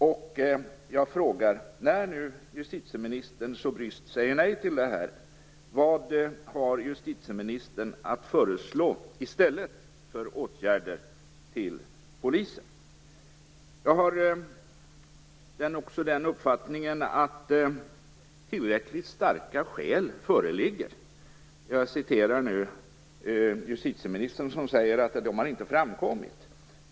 Och jag frågar: När nu justitieministern så bryskt säger nej till det här, vilka åtgärder har justitieministern att föreslå i stället till polisen? Jag har också den uppfattningen att tillräckligt starka skäl föreligger. Jag citerar nu justitieministern, som säger att några sådana inte har framkommit.